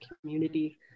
community